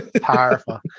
Powerful